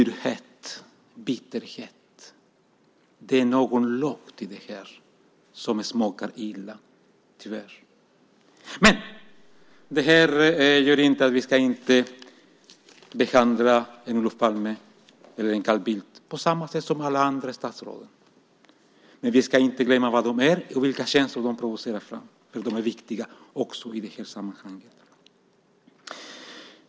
Det finns surhet, bitterhet, något som smakar illa i det här. Det hindrar inte att vi ska behandla en Olof Palme eller en Carl Bildt på samma sätt som alla andra statsråd. Men vi ska inte glömma vilka de är och vilka känslor de provocerar fram. För de är viktiga, också i det här sammanhanget.